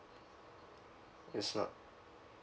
it's not